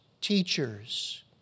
teachers